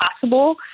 possible